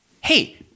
Hey